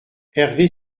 hervé